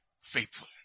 Faithful